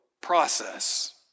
process